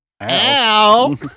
Ow